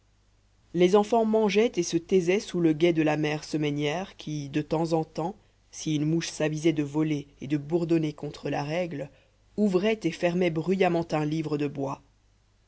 les enfants mangeaient et se taisaient sous le guet de la mère semainière qui de temps en temps si une mouche s'avisait de voler et de bourdonner contre la règle ouvrait et fermait bruyamment un livre de bois